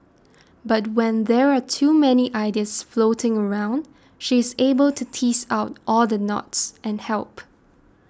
but when there are too many ideas floating around she is able to tease out all the knots and help